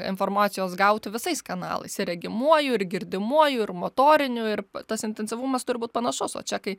informacijos gauti visais kanalais ir regimuoju ir girdimuoju ir motoriniu ir tas intensyvumas turi būt panašus o čia kai